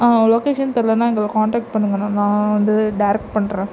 ஆ location தெரியலனா எங்களை contact பண்ணுங்கண்ணா நான் வந்து டேரெக்ட் பண்ணுறேன்